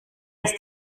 dass